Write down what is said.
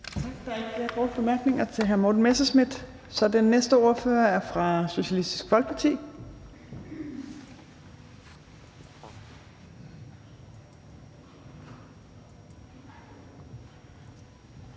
Tak. Der er ikke flere korte bemærkninger til hr. Morten Messerschmidt, så den næste ordfører er fra Socialistisk Folkeparti.